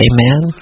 Amen